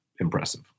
impressive